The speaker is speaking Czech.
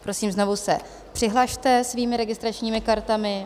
Prosím, znovu se přihlaste svými registračními kartami.